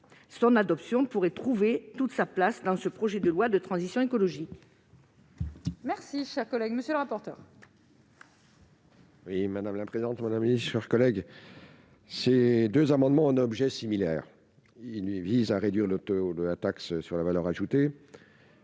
son adoption pourrait trouver toute sa place dans ce projet de loi de transition écologique. Merci, chers collègues, monsieur le rapporteur. Oui, madame la présidente, madame ami sur collègue ces 2 amendements en objet similaire il lui vise à réduire le taux de la taxe sur la valeur ajoutée,